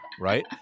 Right